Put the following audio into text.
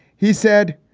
he said.